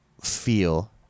feel